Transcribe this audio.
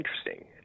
interesting